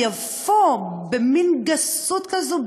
יבוא במין גסות כזו,